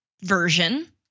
version